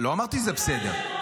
לא אמרתי שזה בסדר.